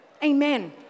Amen